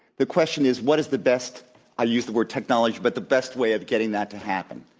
the question is what is the best i use the word technology, but the best way of getting that to happen,